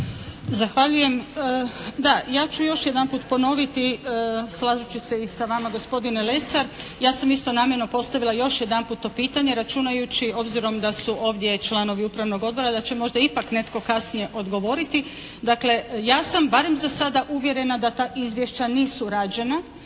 Zahvaljujem. Da, ja ću još jedanput ponoviti slažući se i sa vama gospodine Lesar. Ja sam isto namjerno postavila još jedanput to pitanje računajući obzirom da su ovdje članovi upravnog odbora da će možda ipak netko kasnije odgovoriti. Dakle, ja sam barem za sada uvjerena da ta izvješća nisu rađena,